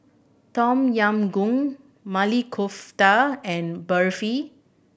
Tom Yam Goong Maili Kofta and Barfi